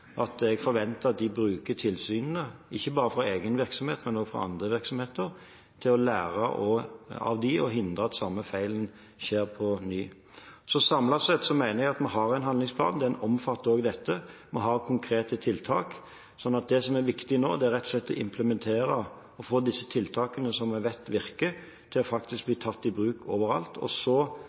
når jeg møter dem, at jeg forventer at de bruker tilsynene – ikke bare fra egen virksomhet, men også fra andre virksomheter – til å lære og til å hindre at samme feilen skjer på ny. Samlet sett mener jeg at vi har en handlingsplan. Den omfatter òg dette. Vi har konkrete tiltak. Det som er viktig nå, er rett og slett å implementere og få disse tiltakene, som vi vet virker, til faktisk å bli tatt i bruk over alt. Så får vi vurdere om denne nye kartleggingen og